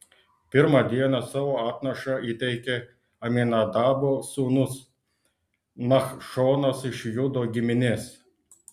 pirmą dieną savo atnašą įteikė aminadabo sūnus nachšonas iš judo giminės